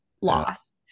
loss